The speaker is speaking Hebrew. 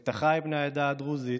את אחיי בני העדה הדרוזית